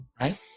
right